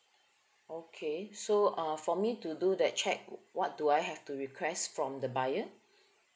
okay so uh for me to do that check what do I have to request from the buyer